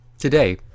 Today